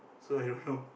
so I don't know